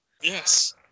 yes